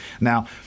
Now